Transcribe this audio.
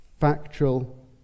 factual